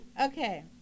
Okay